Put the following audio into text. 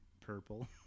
purple